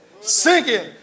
Sinking